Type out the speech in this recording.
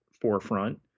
forefront